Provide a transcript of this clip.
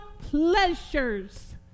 pleasures